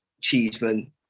Cheeseman